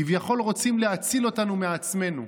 כביכול רוצים להציל אותנו מעצמנו,